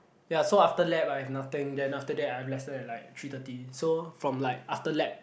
ya so after lab I have nothing then after that I have lesson at like three thirty so from like after lab